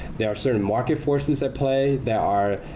there are certain market forces at play that are,